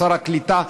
שר הקליטה,